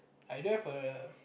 I do have a